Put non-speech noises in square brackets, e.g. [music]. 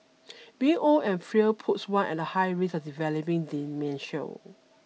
[noise] being old and frail puts one at a high risk of developing dementia